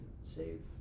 save